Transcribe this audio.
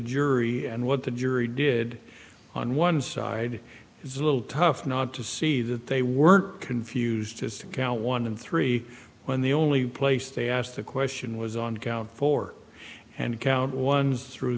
jury and what the jury did on one side it's a little tough not to see that they were confused as to count one and three when the only place they asked the question was on count four and count ones through